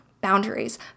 Boundaries